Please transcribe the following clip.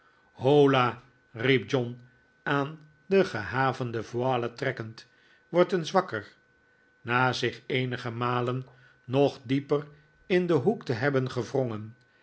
holla riep john aan de gehavende voile trekkend word eens wakker na zich eenige malen nog dieper in den hoek te hebben gewrongen